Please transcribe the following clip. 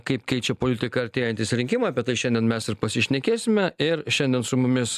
kaip keičia politiką artėjantys rinkimai apie tai šiandien mes ir pasišnekėsime ir šiandien su mumis